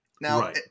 Now